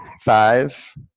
Five